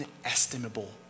inestimable